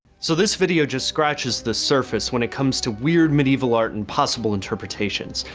so this video just scratches the surface when it comes to weird medieval art and possible interpretations.